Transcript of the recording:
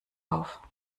auf